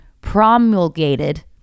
promulgated